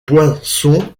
poinçons